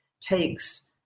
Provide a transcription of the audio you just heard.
takes